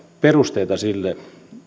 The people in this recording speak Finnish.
perusteita sille